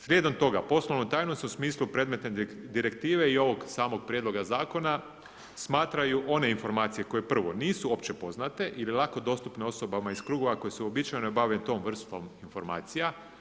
Slijedom toga poslovnu tajnu u smislu predmetne direktive i ovog samog prijedloga zakona smatraju one informacije koje prvo nisu opće poznate ili lako dostupne osobama iz krugova koji se uobičajeno bave tom vrstom informacija.